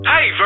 Hey